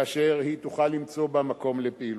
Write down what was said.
כאשר היא תוכל למצוא בו מקום לפעילותה.